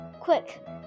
Quick